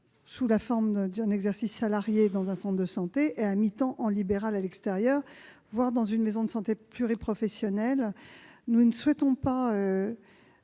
sous la forme d'exercice salarié dans un centre de santé et à mi-temps en libéral à l'extérieur, voire dans une maison de santé pluriprofessionnelle. Nous ne souhaitons pas